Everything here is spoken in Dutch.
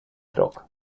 trok